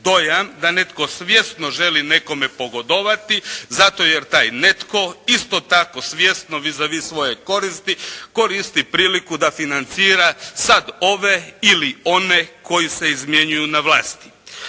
dojam da netko svjesno želi nekome pogodovati zato jer taj netko isto tako svjesno vis a vis svoje koristi koristi priliku da financira sad ove ili one koji se izmjenjuju na vlasti.